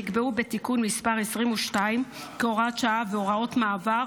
שנקבעו בתיקון מס' 22 כהוראת שעה והוראות מעבר,